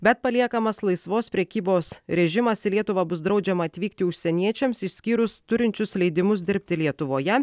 bet paliekamas laisvos prekybos režimas į lietuvą bus draudžiama atvykti užsieniečiams išskyrus turinčius leidimus dirbti lietuvoje